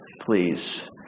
please